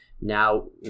now